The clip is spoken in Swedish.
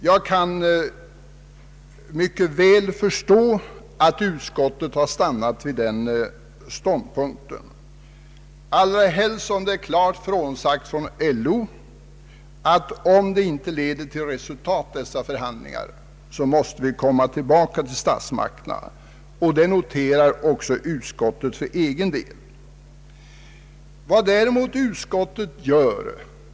Jag kan mycket väl förstå att utskottet har stannat vid den ståndpunkten, allra helst som LO klart sagt ifrån att om inte dessa förhandlingar leder till resultat, måste möjlighet återstå att hos statsmakterna anhålla om lagstiftningsåtgärder. Utskottet ansluter sig till denna uppfattning.